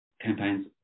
campaigns